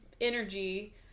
energy